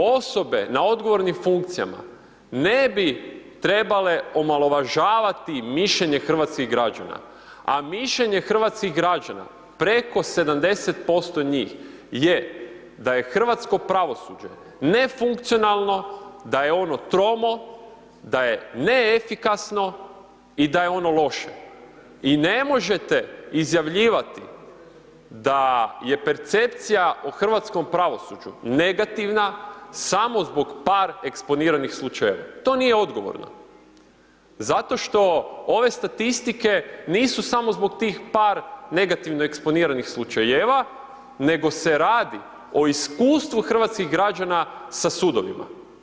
Osobe na odgovornim funkcijama ne bi trebale omalovažavati mišljenje hrvatskih građana a mišljenje hrvatskih građana, preko 70% njih je da je hrvatsko pravosuđe nefunkcionalno, da je ono tromo, da je neefikasno i da je ono loše i ne možete izjavljivati da je percepcija o hrvatskom pravosuđu negativna samo zbog par eksponiranih slučajeva, to nije odgovorno zato što ove statistike nisu samo zbog par negativno eksponiranih slučajeva nego se radi o iskustvu hrvatskih građana sa sudovima.